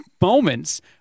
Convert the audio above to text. moments